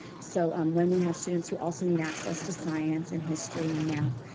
so um when we have students who also need access to science and history and math,